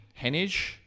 Hennig